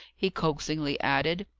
he coaxingly added.